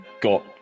got